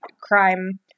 crime